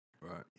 Right